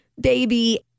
baby